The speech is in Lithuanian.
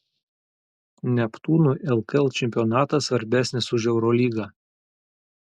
neptūnui lkl čempionatas svarbesnis už eurolygą